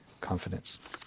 confidence